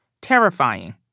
terrifying